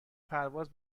پرواز